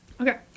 Okay